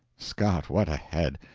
scott, what a head!